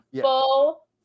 full